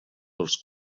pels